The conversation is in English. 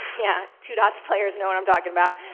yeah, two dots players know what i'm talking about.